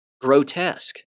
grotesque